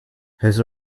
his